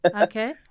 Okay